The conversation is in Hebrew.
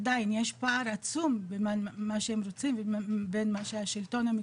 עדיין יש פער עצום בין מה שהם רוצים ובין מה שהשלטון המקומי.